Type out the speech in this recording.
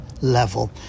level